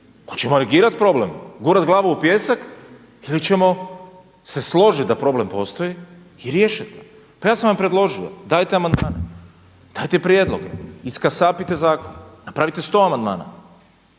Hoćemo li negirati problem, gurat glavu u pijesak ili ćemo se složit da problem postoji i riješit ga. Pa ja sam vam predložio, dajte amandmane, dajte prijedloge, iskasapite zakon, napravite sto amandmana.